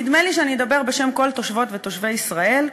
נדמה לי שאני אדבר בשם כל תושבות ותושבי ישראל,